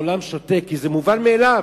העולם שותק כי זה מובן מאליו,